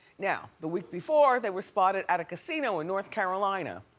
now, the week before, they were spotted at a casino in north carolina.